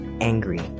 angry